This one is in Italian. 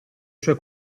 sue